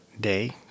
day